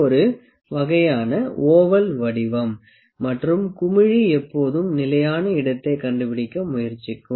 இது ஒரு வகையான ஓவல் வடிவம் மற்றும் குமிழி எப்போதும் நிலையானஇடத்தை கண்டுபிடிக்க முயற்சிக்கும்